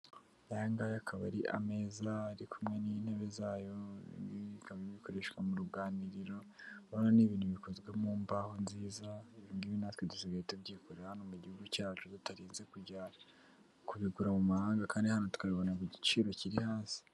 Aya ngaya akaba ari ameza ari kumwe n'intebe zayo, iyi ngiyi ikaba ikoreshwa mu ruganiriro; urabona ni ibintu bikozwe mu mbaho nziza; ibi ngibi natwe dusigaye tubyigurira hano mu gihugu cyacu tutarinze kujya kubigura mu mahanga kandi hano tukabibonera ku giciro kiri hasi.